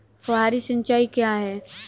फुहारी सिंचाई क्या है?